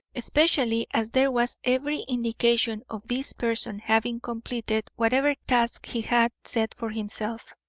especially as there was every indication of this person having completed whatever task he had set for himself.